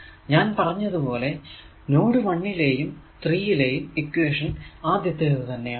ഞാൻ പറഞ്ഞ പോലെ നോഡ് 1 ലെയും 3 ലെയും ഇക്വേഷൻ ആദ്യത്തേത് തന്നെ ആണ്